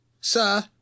sir